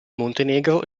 montenegro